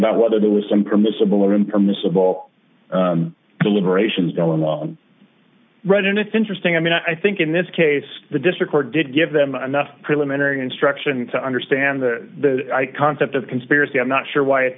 about whether there was some permissible impermissible deliberations going on right and it's interesting i mean i think in this case the district or did give them enough preliminary instruction to understand the concept of conspiracy i'm not sure why it